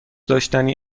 داشتنی